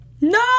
No